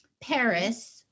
Paris